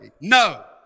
No